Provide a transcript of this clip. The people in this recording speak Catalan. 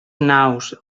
naus